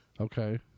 Okay